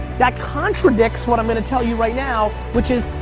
that contradicts what i'm gonna tell you right now which is,